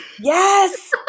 Yes